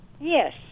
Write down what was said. Yes